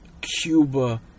Cuba